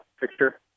picture